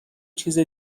چیز